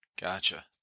gotcha